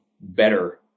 better